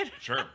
Sure